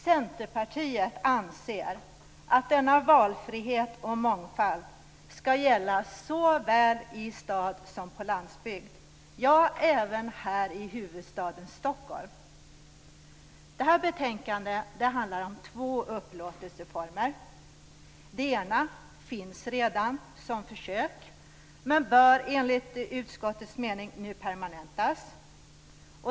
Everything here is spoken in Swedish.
Centerpartiet anser att denna valfrihet och mångfald skall gälla såväl i stad som på landsbygd, ja, även här i huvudstaden Stockholm. Detta betänkande handlar om två upplåtelseformer. Det ena alternativet finns redan - som försök, men detta bör enligt utskottets mening permanentas.